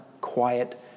quiet